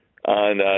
On